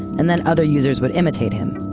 and then other users would imitate him.